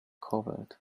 covered